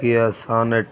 Kia Sonet